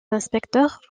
inspecteurs